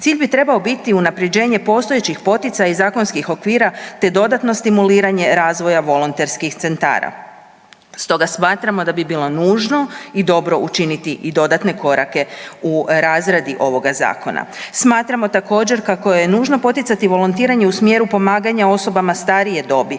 Cilj bi trebao biti unaprjeđenje postojećih poticaja i zakonskih okvira, te dodatno stimuliranje razvoja volonterskih centara. Stoga smatramo da bi bilo nužno i dobro učiniti i dodatne korake u razradi ovoga zakona. Smatramo također kako je nužno poticati volontiranje u smjeru pomaganja osobama starije dobi,